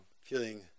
feeling